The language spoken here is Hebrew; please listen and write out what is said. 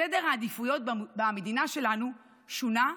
סדר העדיפויות במדינה שלנו שונה,